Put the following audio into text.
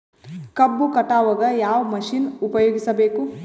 ಕಬ್ಬು ಕಟಾವಗ ಯಾವ ಮಷಿನ್ ಉಪಯೋಗಿಸಬೇಕು?